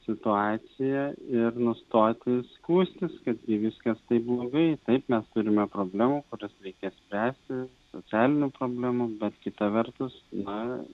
situacija ir nustoti skųstis kad gi viskas taip blogai taip mes turime problemų kurias reikia spręsti socialinių problemų bet kita vertus na